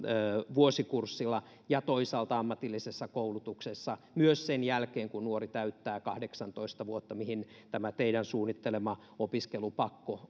vuosikurssilla ja toisaalta ammatillisessa koulutuksessa myös sen jälkeen kun nuori täyttää kahdeksantoista vuotta mihin tämä teidän suunnittelema opiskelupakko